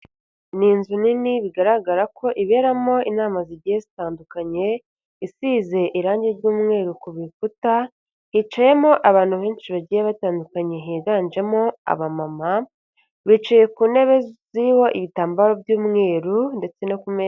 Ni inzu nini bigaragara ko iberamo inama zigiye zitandukanye, isize irangi ry'umweru ku bikuta, hicayeyemo abantu benshi bagiye batandukanye higanjemo abamama bicaye ku ntebe ziriho ibitambaro by'umweru ndetse no ku me...